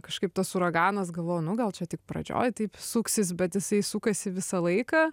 kažkaip tas uraganas galvojau nu gal čia tik pradžioj taip suksis bet jisai sukasi visą laiką